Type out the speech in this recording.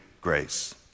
grace